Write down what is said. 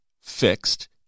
fixed